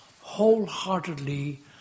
wholeheartedly